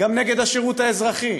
גם נגד השירות האזרחי,